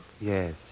yes